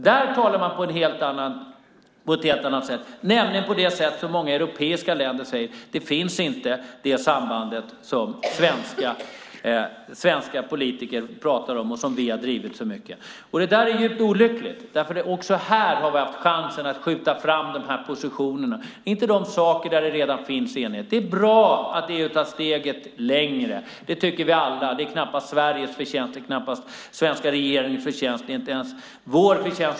Där talade du på ett helt annat sätt, nämligen på det sätt som man gör i många europeiska länder där man säger att det samband som svenska politiker har drivit så mycket inte finns. Detta är djupt olyckligt. Också här har vi haft chansen att skjuta fram positionerna. Det är bra att EU tar ytterligare steg, men det är knappast Sveriges eller den svenska regeringens förtjänst.